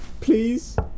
Please